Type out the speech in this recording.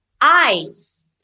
eyes